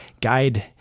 guide